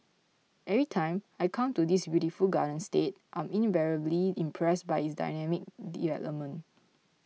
every time I come to this beautiful garden state I'm invariably impressed by its dynamic development